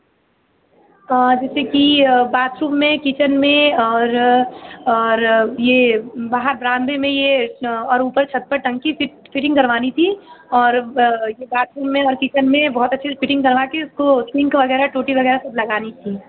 आ जैसे की बाथरूम में किचन में और और ये बाहर बरामदे में यह और ऊपर छत पर टंकी फिटिंग करवानी थी और ये बाथरूम में हर किचन में बहुत अच्छे से फिटिंग करवा के उसको सिकं वगैरह टूटी वगैरह सब लगानी थीं